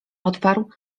odparł